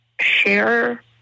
share